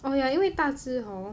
oh yeah 因为大只 hor